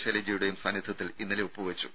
ശൈലജയുടെയും സാന്നിധ്യത്തിൽ ഇന്നലെ ഒപ്പുവെച്ചു